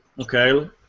Okay